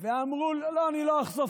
תראי את עצמך